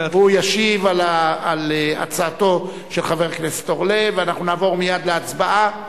הוא ישיב על הצעתו של חבר הכנסת אורלב ואנחנו נעבור מייד להצבעה,